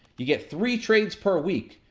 you get three trades per week.